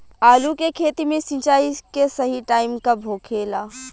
आलू के खेती मे सिंचाई के सही टाइम कब होखे ला?